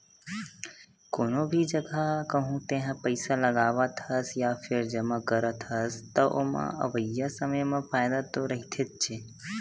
कोनो भी जघा कहूँ तेहा पइसा लगावत हस या फेर जमा करत हस, त ओमा अवइया समे म फायदा तो रहिथेच्चे